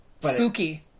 Spooky